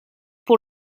pour